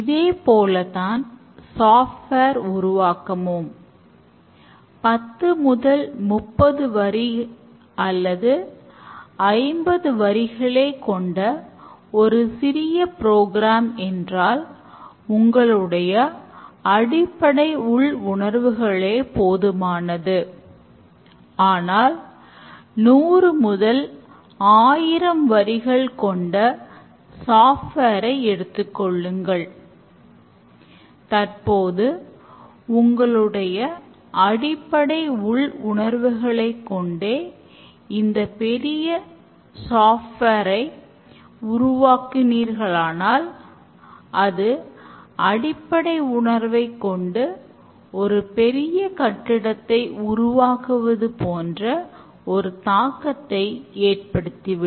இதேபோலத்தான் software ஐ உருவாக்கினீர்களானால் அதுஅடிப்படை உணர்வை கொண்டு பெரிய கட்டிடத்தை உருவாக்குவது போன்ற ஒரு தாக்கத்தை ஏற்படுத்திவிடும்